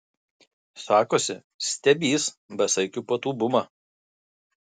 sakosi stebįs besaikių puotų bumą